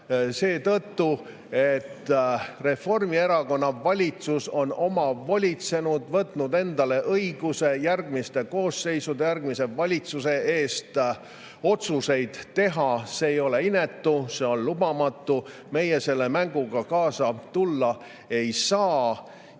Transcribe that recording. selle tõttu, et Reformierakonna valitsus on omavolitsenud, võtnud endale õiguse järgmiste koosseisude, järgmise valitsuse eest otsuseid teha. See ei ole inetu, see on lubamatu! Meie selle mänguga kaasa tulla ei saa